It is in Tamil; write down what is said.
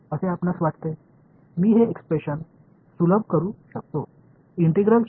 ஒருங்கிணைந்த அடையாளத்தை எங்கும் நகர்த்த முடியுமா